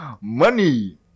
Money